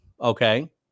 okay